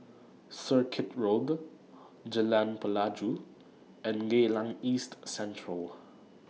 Circuit Road Jalan Pelajau and Geylang East Central